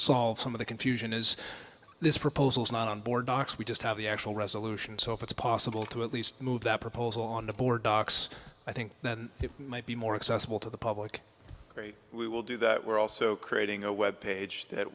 solve some of the confusion is this proposal is not on board docks we just have the actual resolution so if it's possible to at least move that proposal on the board docks i think it might be more accessible to the public we will do that we're also creating a web page that